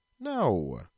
No